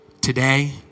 today